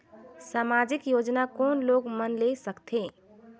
समाजिक योजना कोन लोग मन ले सकथे?